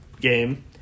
game